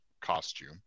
costume